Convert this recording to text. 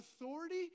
authority